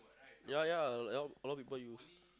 ya ya like a lot a lot people use